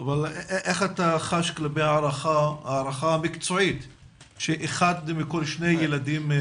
איך אתה חש כלפי ההערכה המקצועית שאחד מכל שני ילדים נפגעים?